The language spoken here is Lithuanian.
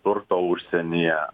turto užsienyje